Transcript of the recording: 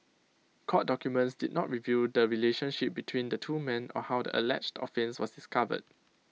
court documents did not reveal the relationship between the two men or how the alleged offence was discovered